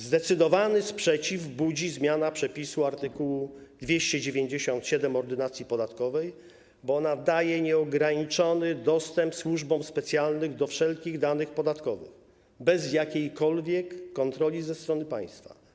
Zdecydowany sprzeciw budzi zmiana przepisu art. 297 Ordynacji podatkowej, bo ona daje nieograniczony dostęp służbom specjalnym do wszelkich danych podatkowych, bez jakiejkolwiek kontroli ze strony państwa.